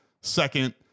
Second